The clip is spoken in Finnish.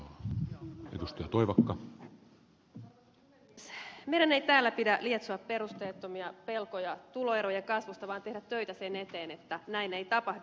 meidän ei täällä pidä lietsoa perusteettomia pelkoja tuloerojen kasvusta vaan tehdä töitä sen eteen että näin ei tapahdu